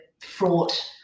fraught